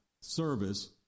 service